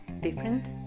different